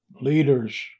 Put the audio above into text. leaders